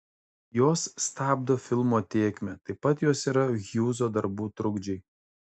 jos stabdo filmo tėkmę taip pat jos yra hjūzo darbų trukdžiai